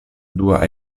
dua